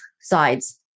sides